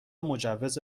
مجوز